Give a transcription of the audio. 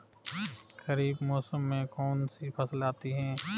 खरीफ मौसम में कौनसी फसल आती हैं?